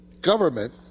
government